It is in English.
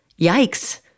Yikes